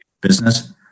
business